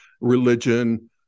religion